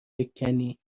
بکنی